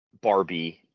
Barbie